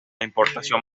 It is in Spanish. importación